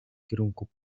kierunku